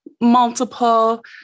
multiple